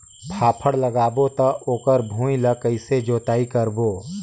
फाफण लगाबो ता ओकर भुईं ला कइसे जोताई करबो?